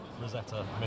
Rosetta